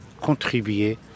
contribuer